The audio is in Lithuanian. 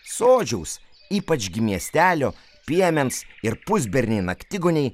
sodžiaus ypač gi miestelio piemens ir pusberniai naktigoniai